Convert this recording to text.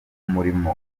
umurimo